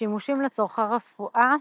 שימושים לצורכי רפואה